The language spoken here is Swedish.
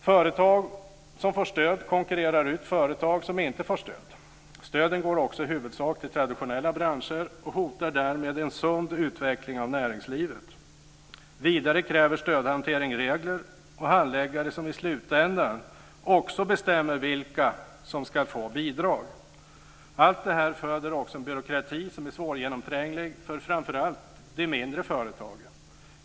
Företag som får stöd konkurrerar ut företag som inte får stöd. Stöden går också i huvudsak till traditionella branscher och hotar därmed en sund utveckling av näringslivet. Vidare kräver stödhantering regler och handläggare som i slutändan också bestämmer vilka som ska få bidrag. Allt det här föder också en byråkrati som är svårgenomtränglig för framför allt de mindre företagen.